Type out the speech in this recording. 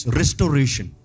restoration